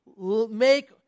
Make